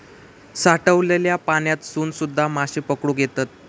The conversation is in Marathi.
साठलल्या पाण्यातसून सुध्दा माशे पकडुक येतत